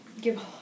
give